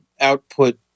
output